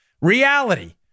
Reality